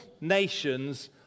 nations